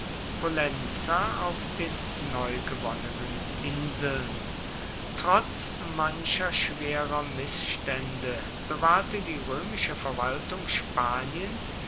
pollentia pollenza auf den neugewonnenen inseln trotz mancher schwerer mißstände bewahrte die römische verwaltung spaniens